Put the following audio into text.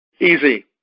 Easy